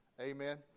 Amen